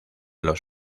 los